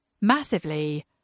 Massively